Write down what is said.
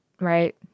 right